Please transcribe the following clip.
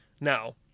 Now